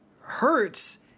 hurts